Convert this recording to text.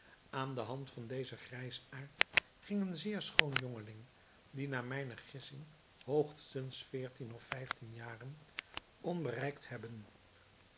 aan de hand van dezen grijsaard ging een zeer schoon jongeling die naar mijne gissing hoogstens veertien of vijftien jaren kon bereikt hebben